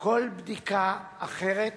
כל בדיקה אחרת